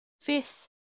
fifth